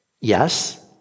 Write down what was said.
Yes